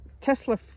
Tesla